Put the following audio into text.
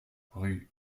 rue